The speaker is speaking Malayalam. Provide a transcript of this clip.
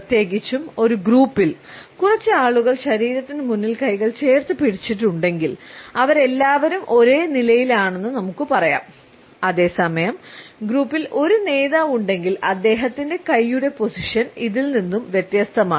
പ്രത്യേകിച്ചും ഒരു ഗ്രൂപ്പിൽ കുറച്ച് ആളുകൾ ശരീരത്തിന് മുന്നിൽ കൈകൾ ചേർത്തുപിടിച്ചിട്ടുണ്ടെങ്കിൽ അവരെല്ലാവരും ഒരേ നിലയിലാണെന്ന് നമുക്ക് പറയാം അതേസമയം ഗ്രൂപ്പിൽ ഒരു നേതാവുണ്ടെങ്കിൽ അദ്ദേഹത്തിന്റെ കൈയുടെ സ്ഥാനം ഇതിൽ നിന്ന് വ്യത്യസ്തമാണ്